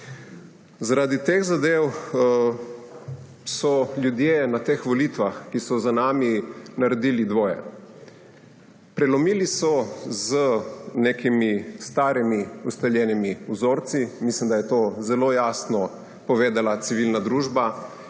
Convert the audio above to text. Zaradi teh zadev so ljudje na teh volitvah, ki so za nami naredili dvoje – prelomili so z nekimi starimi ustaljenimi vzorci in mislim, da je to zelo jasno povedala civilna družba,